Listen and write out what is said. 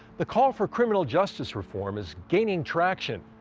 the call for criminal justice reform is gaining traction.